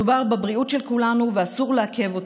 מדובר בבריאות של כולנו, ואסור לעכב אותה".